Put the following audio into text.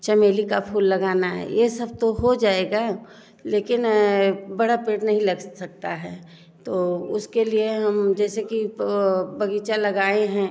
चमेली का फूल लगाना है ये सब तो हो जाएगा लेकिन बड़ा पेड़ नहीं लग सकता है तो उसके लिए हम जैसे कि बगीचा लगाए हैं